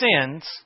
sins